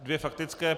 Dvě faktické.